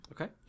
Okay